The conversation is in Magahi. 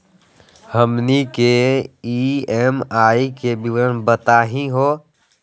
हमनी के ई.एम.आई के विवरण बताही हो?